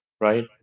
right